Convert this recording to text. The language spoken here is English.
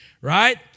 right